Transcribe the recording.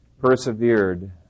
persevered